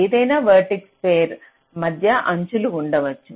ఏదైనా vertices pair మధ్య అంచు ఉండవచ్చు